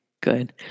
Good